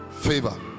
favor